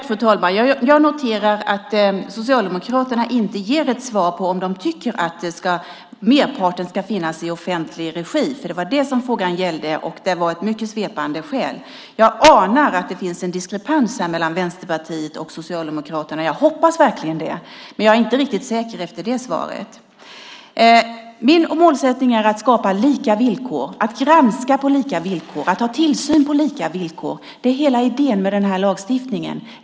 Fru talman! Jag noterar att Socialdemokraterna inte ger ett svar på om de tycker att merparten ska finnas i offentlig regi. Det var det som frågan gällde. Det var ett mycket svepande svar. Jag anar att det finns en diskrepans här mellan Vänsterpartiet och Socialdemokraterna. Jag hoppas verkligen det, men jag är inte riktigt säker efter det svaret. Min målsättning är att skapa lika villkor, att granska på lika villkor, att ha tillsyn på lika villkor. Det är hela idén med den här lagstiftningen.